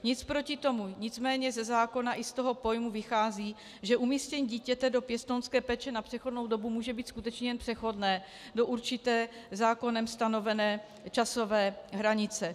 Nic proti tomu, nicméně ze zákona i z toho pojmu vychází, že umístění dítěte do pěstounské péče na přechodnou dobu může být skutečně jen přechodné do určité zákonem stanovené časové hranice.